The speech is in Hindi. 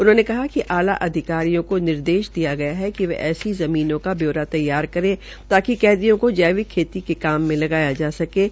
उन्होंने कहा कि आला अधिकारियों को निर्देश दिया गया है कि ऐसी ज़मीनों का ब्यौरा तैयार करे ताकि कैदियों को जैविक खेती के काम में लगाया जा सकेगा